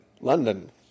London